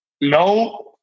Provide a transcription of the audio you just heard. No